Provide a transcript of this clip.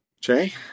Jay